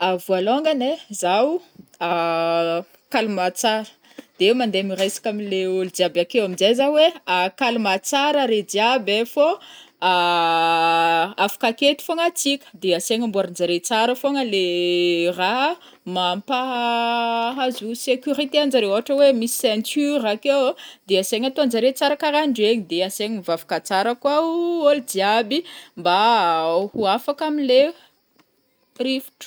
Voalôngagny ai zao calme tsara, de mandeha miresaka amile ôlo jiaby akeo aminjay za oe calme tsara are jiaby ai fô afaka aketo fôgna atsika de asaigna amboarinjareo tsara fôgna le raha mampa ahazo sécurité anjareo ôhatra oe misy ceinture akeo ô de asaigna ataonjare tsara karandregny de asegny mivavaka tsara koa ho ôlo jiaby mba ho afaka amle rivotro.